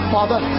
Father